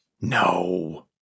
No